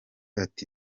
ati